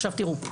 עכשיו תראו,